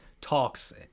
talks